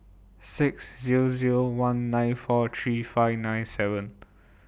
six Zero Zero one nine four three five nine seven